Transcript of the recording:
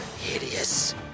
hideous